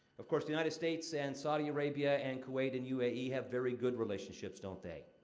of course, united states and saudi arabia and kuwait and u a e. have very good relationships, don't they?